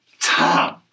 Tom